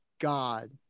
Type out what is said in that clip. God